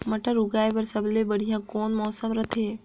मटर उगाय बर सबले बढ़िया कौन मौसम रथे?